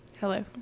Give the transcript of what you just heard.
Hello